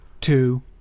two